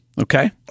Okay